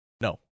no